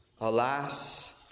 alas